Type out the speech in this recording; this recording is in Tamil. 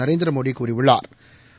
நரேந்திரமோடிகூறியுள்ளாா்